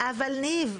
אבל ניב,